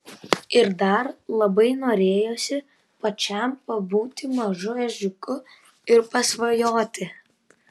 ir dar labai norėjosi pačiam pabūti mažu ežiuku ir pasvajoti